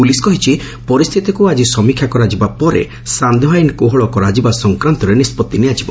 police କହିଛି ପରିସ୍ଥିତିକ୍ତ ଆଜି ସମୀକ୍ଷା କରାଯିବା ପରେ ସାନ୍ଧ୍ୟ ଆଇନ କୋହଳ କରାଯିବା ସଂକ୍କାନ୍ତରେ ନିଷ୍ପଭି ନିଆଯିବ